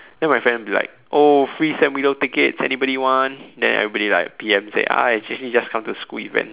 then my friend will be like oh free sam willows ticket anybody want then everybody like P_M said ah actually you just come to school event